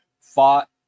fought